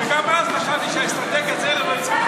כשגם אז חשבתי שאת האסטרטגיה לא צריך,